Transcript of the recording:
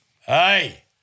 Hey